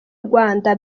rwanda